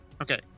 Okay